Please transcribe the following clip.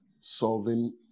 solving